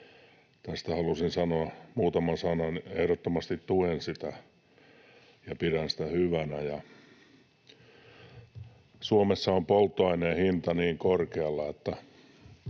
on — halusin sanoa muutaman sanan. Ehdottomasti tuen sitä ja pidän sitä hyvänä. Suomessa on polttoaineen hinta niin korkealla, että